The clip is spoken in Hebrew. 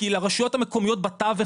כי לרשויות המקומיות בטווח,